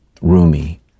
Rumi